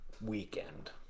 weekend